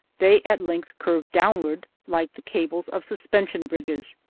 they at length curve downward like the cables of suspension bridges.